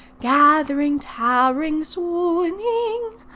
gathering, towering, swooning.